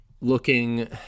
looking